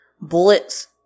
bullets